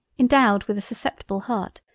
endowed with a susceptible heart,